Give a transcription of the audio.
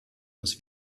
muss